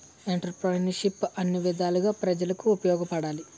ఎంటర్ప్రిన్యూర్షిప్ను అన్ని విధాలుగా ప్రజలకు ఉపయోగపడాలి